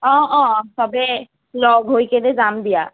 অঁ অঁ চবেই লগ হৈ কিনে যাম দিয়া